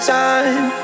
time